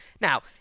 now